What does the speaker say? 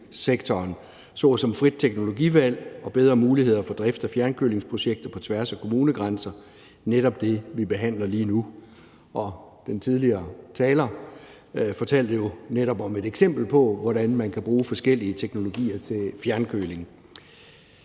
såsom frit teknologivalg og bedre muligheder for drift af fjernkølingsprojekter på tværs af kommunegrænser – netop det, vi behandler lige nu. Den tidligere taler fortalte jo netop om et eksempel på, hvordan man kan bruge forskellige teknologier til fjernkøling.